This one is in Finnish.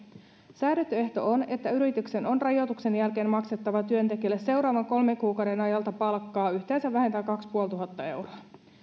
säädetty ehto on että yrityksen on rajoituksen jälkeen maksettava työntekijälle seuraavan kolmen kuukauden ajalta palkkaa yhteensä vähintään kaksi ja puolituhatta euroa